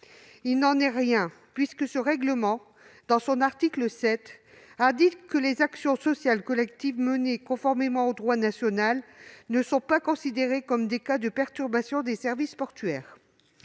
Il n'en est rien, puisque l'article 7 de ce règlement dispose que les actions sociales collectives menées conformément au droit national ne sont pas considérées comme des cas de perturbations des services portuaires.